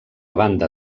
banda